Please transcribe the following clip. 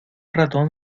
ratón